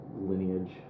lineage